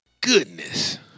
goodness